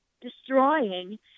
destroying